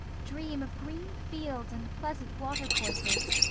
dream of green fields and pleasant water-courses,